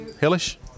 hellish